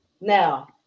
now